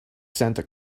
santa